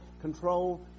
control